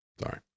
Sorry